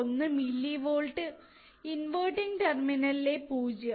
1 millivolt inverting terminal ലെ 0